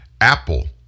Apple